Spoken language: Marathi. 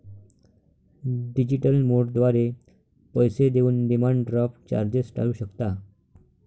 डिजिटल मोडद्वारे पैसे देऊन डिमांड ड्राफ्ट चार्जेस टाळू शकता